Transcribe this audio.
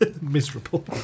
Miserable